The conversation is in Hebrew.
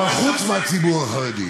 חוץ מהציבור החרדי.